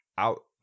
out